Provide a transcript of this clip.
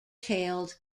tailed